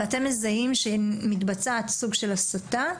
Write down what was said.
ואתם מזהים שמתבצעת סוג של הסתה,